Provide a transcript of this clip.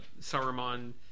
saruman